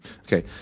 Okay